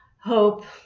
hope